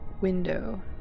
window